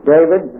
David